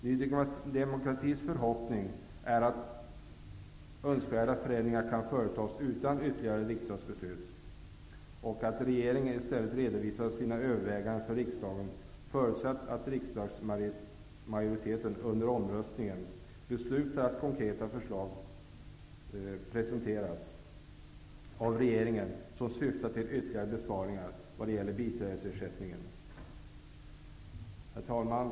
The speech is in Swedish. Ny demokratis förhoppning är att önskvärda förändringar kan företas utan ytterligare riksdagsbeslut och att regeringen i stället redovisar sina överväganden för riksdagen, förutsatt att riksdagsmajoriteten vid omröstningen beslutar att konkreta förslag skall presenteras av regeringen vilka syftar till ytterligare besparingar i fråga om biträdesersättningen. Herr talman!